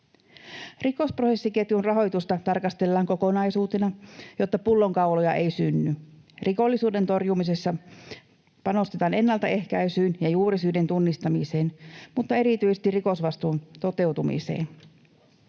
Rikosprosessiketjun rahoitusta tarkastellaan kokonaisuutena, jotta pullonkauloja ei synny. Rikollisuuden torjumisessa panostetaan ennaltaehkäisyyn ja juurisyiden tunnistamiseen mutta erityisesti rikosvastuun toteutumiseen.